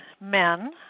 men